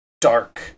dark